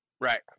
Right